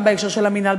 גם בהקשר של המינהל,